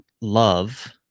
love